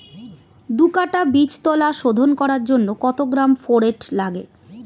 দু কাটা বীজতলা শোধন করার জন্য কত গ্রাম ফোরেট লাগে?